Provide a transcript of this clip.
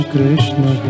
Krishna